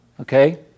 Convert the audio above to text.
okay